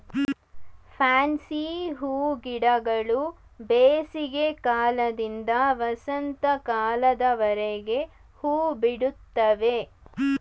fancy ಹೂಗಿಡಗಳು ಬೇಸಿಗೆ ಕಾಲದಿಂದ ವಸಂತ ಕಾಲದವರೆಗೆ ಹೂಬಿಡುತ್ತವೆ